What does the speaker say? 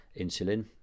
insulin